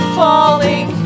falling